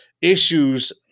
issues